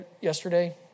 yesterday